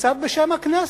קצת בשם הכנסת.